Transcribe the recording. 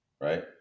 right